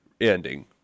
ending